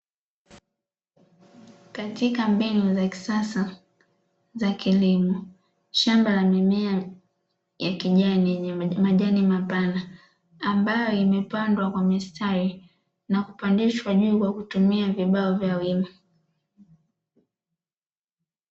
Katika mbinu za kisasa za kilimo, shamba la mimea ya kijani yenye majani mapana ambayo imepandwa kwa mistari na kupandishwa juu kwa kutumia vibao vya wima.